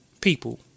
people